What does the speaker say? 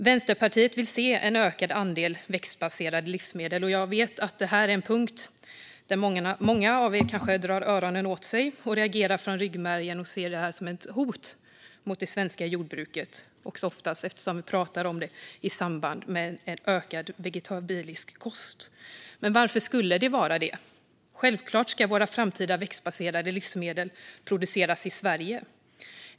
Vänsterpartiet vill se en ökad andel växtbaserade livsmedel. Jag vet att detta är en punkt där många av er kanske drar öronen åt er och reagerar från ryggmärgen. Det ses ofta som ett hot mot det svenska jordbruket eftersom vi pratar om det i samband med en ökad vegetabilisk kost. Men varför skulle det vara det? Självklart ska våra framtida växtbaserade livsmedel produceras i Sverige.